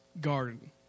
garden